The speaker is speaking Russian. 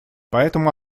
поэтому